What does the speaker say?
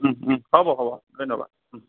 হ'ব হ'ব ধন্যবাদ